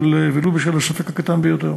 ולו בשל הספק הקטן ביותר